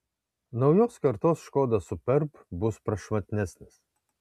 naujos kartos škoda superb bus prašmatnesnis